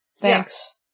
Thanks